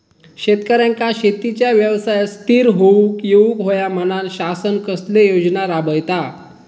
शेतकऱ्यांका शेतीच्या व्यवसायात स्थिर होवुक येऊक होया म्हणान शासन कसले योजना राबयता?